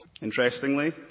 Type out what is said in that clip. Interestingly